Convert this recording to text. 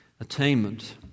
attainment